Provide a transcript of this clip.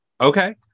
Okay